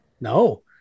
No